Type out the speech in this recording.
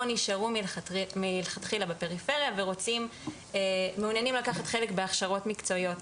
או נשארו מלכתחילה בפריפריה ומעוניינים לקחת חלק בהכשרות מקצועיות,